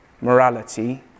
morality